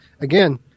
again